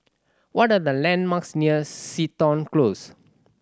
what are the landmarks near Seton Close